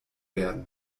werden